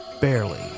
Barely